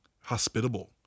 hospitable